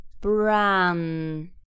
Brown